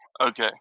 Okay